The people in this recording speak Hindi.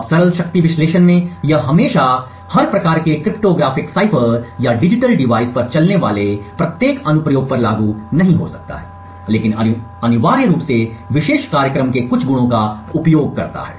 अब सरल शक्ति विश्लेषण में यह हमेशा हर प्रकार के क्रिप्टोग्राफिक साइफर या डिजिटल डिवाइस पर चलने वाले प्रत्येक अनुप्रयोग पर लागू नहीं हो सकता है लेकिन अनिवार्य रूप से विशेष कार्यक्रम के कुछ गुणों का उपयोग करता है